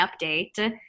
update